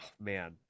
man